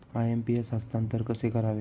IMPS हस्तांतरण कसे करावे?